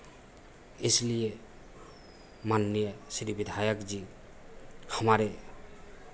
इसलिए माननीय श्री विधायक जी हमारे